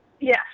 Yes